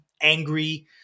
angry